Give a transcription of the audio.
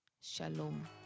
Shalom